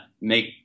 make